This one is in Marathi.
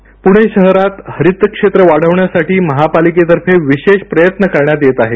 पूर्ण शहरातील हरित क्षेत्र वाढवण्यासाठी महापालिकेतर्फे विशेष प्रयत्न करण्यात येत आहेत